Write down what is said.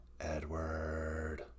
Edward